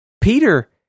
Peter